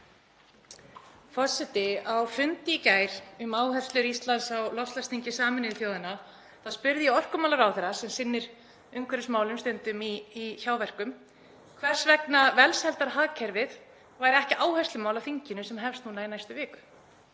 Forseti. Á fundi í gær um áherslur Íslands á loftslagsþingi Sameinuðu þjóðanna spurði ég orkumálaráðherra, sem sinnir umhverfismálum stundum í hjáverkum, hvers vegna velsældarhagkerfið væri ekki áherslumál á þinginu sem hefst í næstu viku.